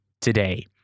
today